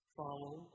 follow